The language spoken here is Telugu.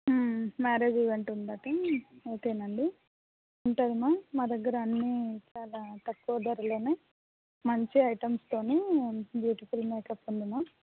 మ్యారేజు ఈవెంటు ఉందట ఓకేనండి ఉంటుందిమా మా దగ్గర అన్నీ చాలా తక్కువ ధరలోనే మంచి ఐటమ్స్తోనీ బ్యూటిఫుల్ మేకప్ ఉందిమా